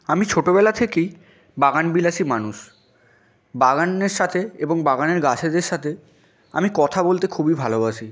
আমি ছোটোবেলা থেকেই বাগান বিলাসী মানুষ বাগানের সাথে এবং বাগানের গাছেদের সাথে আমি কথা বলতে খুবই ভালোবাসি